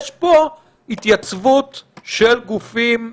יש פה התייצבות של גופים בין-לאומיים,